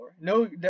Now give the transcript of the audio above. No